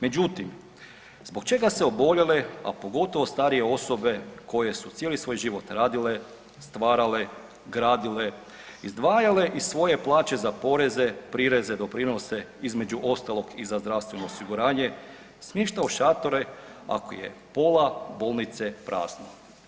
Međutim, zbog čega se oboljele, a pogotovo starije osobe koje su cijeli svoj život radile, stvarale, gradile, izdvajale iz svoje plaće za poreze, prireze, doprinose između ostalog i za zdravstveno osiguranje, smješta u šatore ako je pola bolnice prazno?